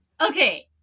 okay